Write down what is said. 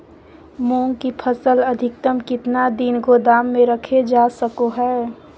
मूंग की फसल अधिकतम कितना दिन गोदाम में रखे जा सको हय?